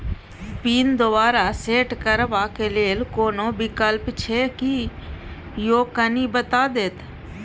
Pin दोबारा set करबा के लेल कोनो विकल्प छै की यो कनी बता देत?